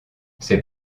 c’est